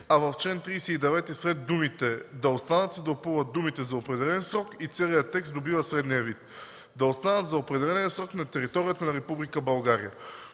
а в чл. 39 след думите „да останат” се допълват думите „за определен срок” и целият текст добива следния вид: „Да останат за определения срок на територията на Република България”.